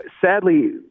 sadly